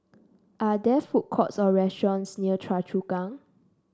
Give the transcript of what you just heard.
are there food courts or restaurants near Choa Chu Kang